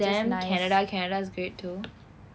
then canada canada is great too